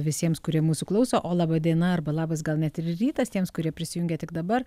visiems kurie mūsų klauso o laba diena arba labas gal net ir rytas tiems kurie prisijungė tik dabar